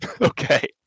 Okay